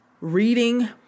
reading